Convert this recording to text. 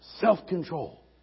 self-control